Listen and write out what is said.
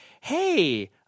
hey